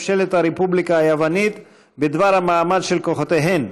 ממשלת הרפובליקה היוונית בדבר המעמד של כוחותיהן,